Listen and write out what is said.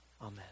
Amen